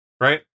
Right